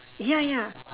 ya ya